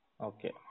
Okay